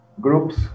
groups